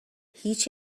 هیچ